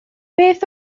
beth